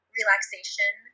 relaxation